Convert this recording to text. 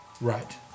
Right